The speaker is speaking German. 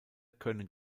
können